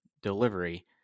delivery